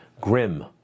Grim